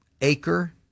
acre